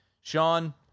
Sean